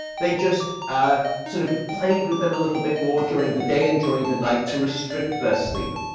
they just ah sort of played with them a little bit more during the day and during the night to restrict their sleep.